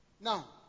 Now